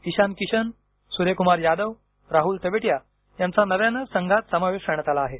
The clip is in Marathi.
ईशान किशन सुर्यकुमार यादव राहुल तवेटीया यांचा नव्याने संघात समावेश करण्यात आला आहे